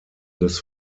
des